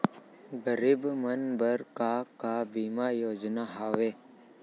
गरीब मन बर का का बीमा योजना हावे?